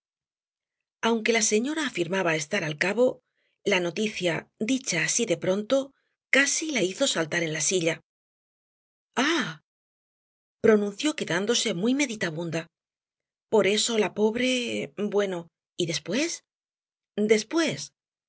aunque la señora afirmaba estar al cabo la noticia dicha así de pronto casi la hizo saltar en la silla aah pronunció quedándose muy meditabunda por eso la pobre bueno y después después